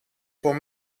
voor